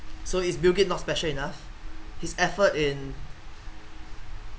so is bill gates not special enough his effort in